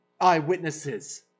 eyewitnesses